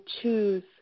choose